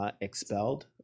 Expelled